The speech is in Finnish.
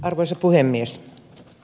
arvoisa puhemies